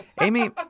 Amy